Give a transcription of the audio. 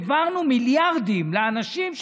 העברנו מיליארדים לאנשים,